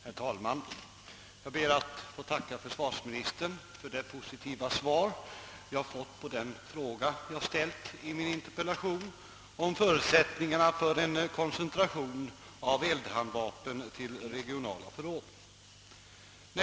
Herr talman! Jag ber att få tacka försvarsministern för det positiva svar jag har fått på den fråga jag ställt i min interpellation om förutsättningarna för en koncentration av eldhandvapen till regionala förråd.